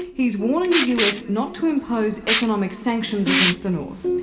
he's warning the us not to impose economic sanctions against the north.